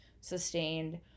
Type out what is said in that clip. sustained